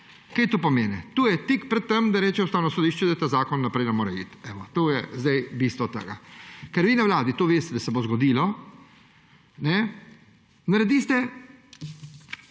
Kaj to pomeni? To je tik pred tem, da Ustavno sodišče reče, da ta zakon naprej ne more iti. Evo, to je zdaj bistvo tega. Ker vi na Vladi veste, da se bo to zgodilo, naredite